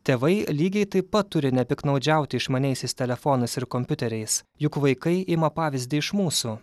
tėvai lygiai taip pat turi nepiktnaudžiauti išmaniaisiais telefonais ir kompiuteriais juk vaikai ima pavyzdį iš mūsų